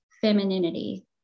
femininity